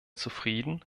zufrieden